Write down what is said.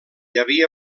havia